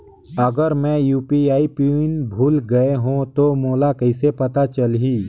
अगर मैं UPI PIN भुल गये हो तो मोला कइसे पता चलही?